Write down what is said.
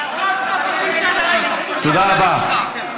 סוף-סוף עושים סדר, תודה רבה.